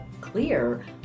clear